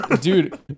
Dude